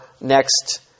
next